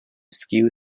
skew